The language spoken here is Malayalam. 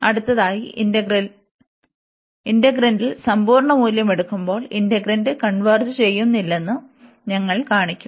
അടുത്തതായി ഇന്റഗ്രന്റിൽ സമ്പൂർണ്ണ മൂല്യം എടുക്കുമ്പോൾ ഇന്റഗ്രന്റ് കൺവെർജ് ചെയ്യുന്നില്ലെന്നു ഞങ്ങൾ കാണിക്കും